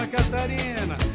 Catarina